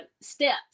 steps